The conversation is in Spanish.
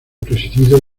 presidido